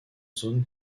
zone